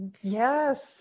Yes